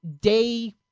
day